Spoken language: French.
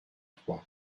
trois